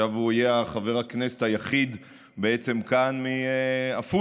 עכשיו הוא יהיה חבר הכנסת היחיד בעצם כאן מעפולה,